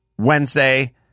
Wednesday